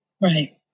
Right